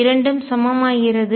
இரண்டும் சமமாகிறது